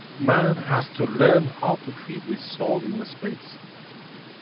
man has to learn how to feed his soul in space.